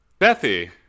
Bethy